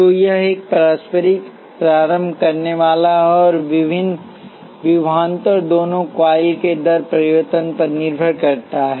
तो यह पारस्परिक प्रारंभ करनेवाला और विभवांतरदोनों कॉइल के दर परिवर्तन पर निर्भर करता है